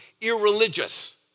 irreligious